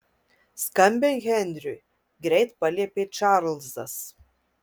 skambink henriui greit paliepė čarlzas